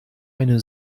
eine